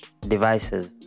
devices